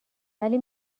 ولی